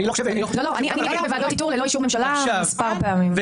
אני מיניתי בוועדות איתור ללא אישור ממשלה מספר פעמים.